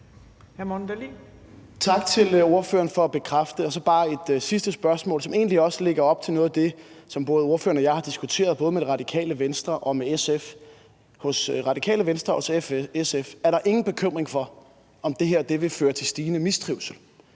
Tak til ordføreren for at bekræfte det. Og så er der bare et sidste spørgsmål, som egentlig også lægger op til noget af det, som ordføreren og jeg har diskuteret både med Radikale Venstre og med SF. Hos Radikale Venstre og SF er der ingen bekymring for, om det her vil føre til stigende mistrivsel.